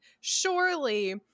surely